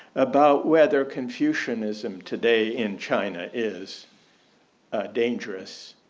about whether confucianism today in china is dangerous